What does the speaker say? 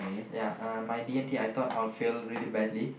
ya uh my D-and-T I thought I'll fail really badly